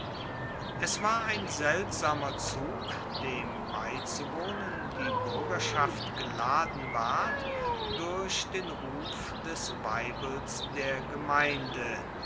es war ein seltsamer zug dem beizuwohnen die buergerschaft geladen ward durch den ruf des weibels der gemeinde